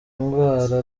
indwara